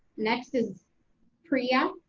next is priya.